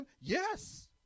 Yes